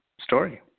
story